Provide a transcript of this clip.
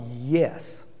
yes